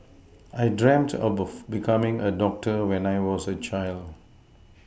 I dreamt of becoming a doctor when I was a child